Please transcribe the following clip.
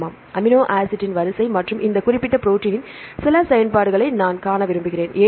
ஆமாம் amino acid வரிசை மற்றும் இந்த குறிப்பிட்ட ப்ரோடீனின் சில செயல்பாடுகளை நான் காண விரும்புகிறேன்